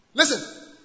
Listen